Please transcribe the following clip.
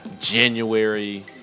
January